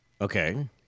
Okay